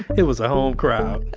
it was a whole crowd